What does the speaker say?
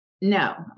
No